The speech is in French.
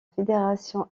fédération